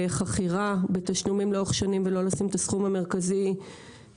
בחכירה בתשלומים לאורך שנים ולא לשים את הסכום המרכזי במכה,